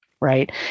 Right